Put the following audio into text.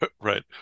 Right